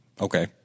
Okay